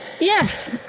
Yes